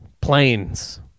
Planes